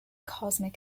cosmic